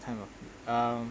kind of um